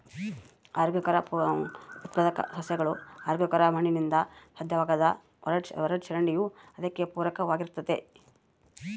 ಆರೋಗ್ಯಕರ ಉತ್ಪಾದಕ ಸಸ್ಯಗಳು ಆರೋಗ್ಯಕರ ಮಣ್ಣಿನಿಂದ ಸಾಧ್ಯವಾಗ್ತದ ಒಳಚರಂಡಿಯೂ ಅದಕ್ಕೆ ಪೂರಕವಾಗಿರ್ತತೆ